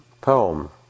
Poem